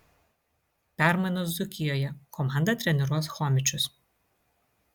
permainos dzūkijoje komandą treniruos chomičius